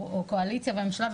או קואליציה בממשלה,